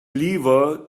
lever